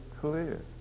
clear